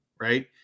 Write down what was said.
right